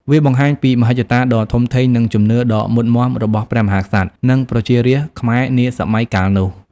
វាបង្ហាញពីមហិច្ឆតាដ៏ធំធេង និងជំនឿដ៏មុតមាំរបស់ព្រះមហាក្សត្រ និងប្រជារាស្ត្រខ្មែរនាសម័យកាលនោះ។